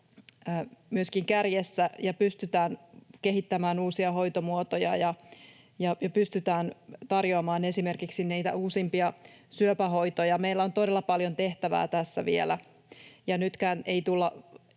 myöskin kärjessä ja pystytään kehittämään uusia hoitomuotoja ja pystytään tarjoamaan esimerkiksi niitä uusimpia syöpähoitoja. Meillä on todella paljon tehtävää tässä vielä, ja nytkään ei tulla